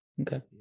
Okay